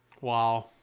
Wow